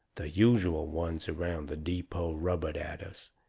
the usual ones around the depot rubbered at us,